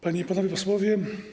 Panie i Panowie Posłowie!